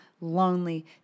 lonely